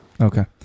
Okay